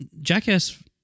Jackass